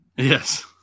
Yes